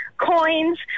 coins